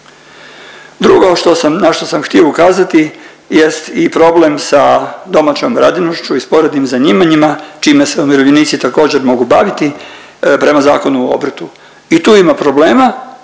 sam, na što sam htio ukazati jest i problem sa domaćom radinošću i sporednim zanimanjima čime se umirovljenici također mogu baviti prema Zakonu o obrtu. I tu ima problema